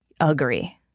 Agree